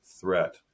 threat